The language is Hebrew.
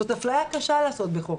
זאת אפליה קשה לעשות בחוק.